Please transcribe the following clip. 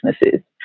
businesses